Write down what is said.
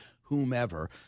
whomever